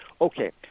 Okay